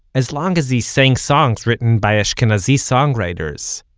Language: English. as long as he sang songs written by ashkenazi song writers,